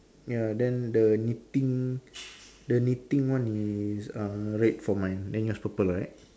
ya then the knitting the knitting one is err red for mine then yours purple right